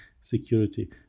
security